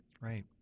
Right